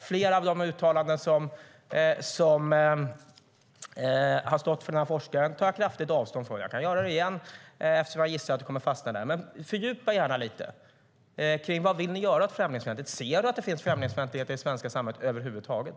Flera av uttalandena från den här forskaren tar jag kraftigt avstånd från. Jag kan göra det igen, eftersom jag gissar att du kommer att fastna vid detta. Men fördjupa dig gärna lite kring vad ni vill göra åt främlingsfientligheten. Ser du att det finns främlingsfientlighet i det svenska samhället över huvud taget?